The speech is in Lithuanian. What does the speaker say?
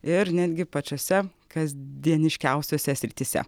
ir netgi pačiose kasdieniškiausiose srityse